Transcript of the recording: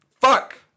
Fuck